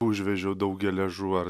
užvežiau daug geležų ar